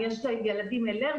אם יש לה ילדים אלרגיים,